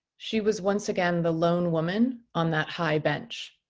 she was once again the lone woman on that high bench.